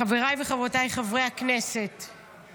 חבריי וחברותיי חברי הכנסת,